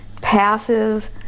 passive